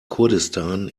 kurdistan